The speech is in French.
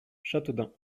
châteaudun